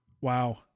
Wow